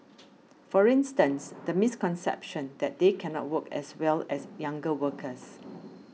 for instance the misconception that they cannot work as well as younger workers